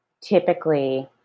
typically